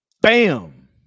Bam